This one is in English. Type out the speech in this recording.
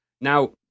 now